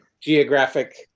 geographic